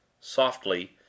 Softly